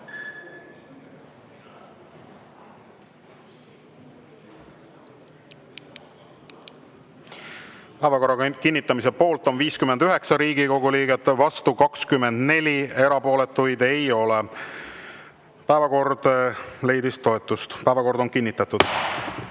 Päevakorra kinnitamise poolt on 59 Riigikogu liiget, vastu 24, erapooletuid ei ole. Päevakord leidis toetust, päevakord on kinnitatud. Järgnevalt,